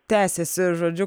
tęsiasi žodžiu